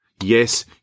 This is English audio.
Yes